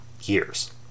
years